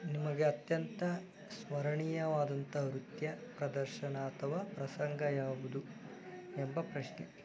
ನಿಮಗೆ ಅತ್ಯಂತ ಸ್ಮರಣೀಯವಾದಂತಹ ನೃತ್ಯ ಪ್ರದರ್ಶನ ಅಥವಾ ಪ್ರಸಂಗ ಯಾವುದು ಎಂಬ ಪ್ರಶ್ನೆ